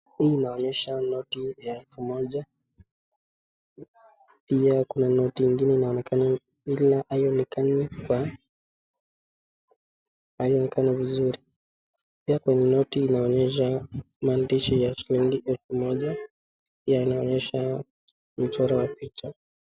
Hii inaonyesha noti ya elfu moja pia kuna noti ingine inaonekana ila haionekani vizuri, pia kwenye noti inaonyesha maandishi imeandikwa elfu moja inaonyesha mchoro wa picha.